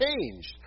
changed